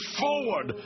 forward